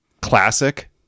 classic